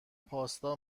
پاستا